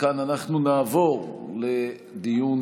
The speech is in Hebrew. מכאן אנחנו נעבור לדיון